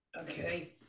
Okay